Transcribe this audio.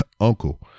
uncle